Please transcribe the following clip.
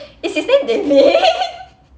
is his name davin